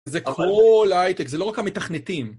זה כל ההייטק, זה לא רק המתכנתים.